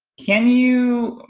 can you